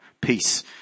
peace